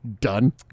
done